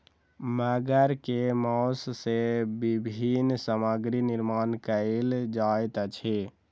मगर के मौस सॅ विभिन्न सामग्री निर्माण कयल जाइत अछि